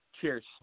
Cheers